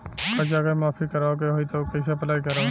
कर्जा अगर माफी करवावे के होई तब कैसे अप्लाई करम?